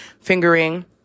fingering